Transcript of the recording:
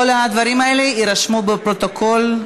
כל הדברים האלה יירשמו בפרוטוקול,